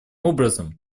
образом